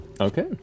Okay